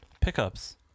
Pickups